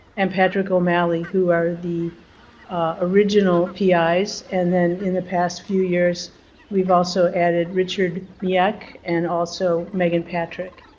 and patrick o'malley who are the original pis and then in the past few years we've also added richard miech like and also megan patrick.